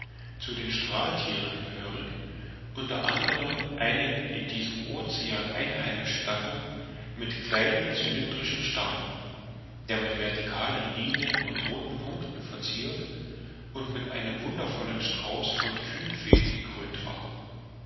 zu den strahlthieren gehörig unter anderem eine in diesem ocean einheimische gattung mit kleinem cylindrischen stamm der mit verticalen linien und rothen punkten verziert und mit einem wundervollen strauß von fühlfäden gekrönt war